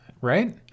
right